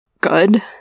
good